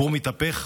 הפור מתהפך,